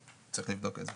אני צריך לבדוק את זה.